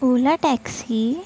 ola taxi